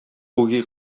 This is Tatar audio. үги